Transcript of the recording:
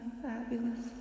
fabulous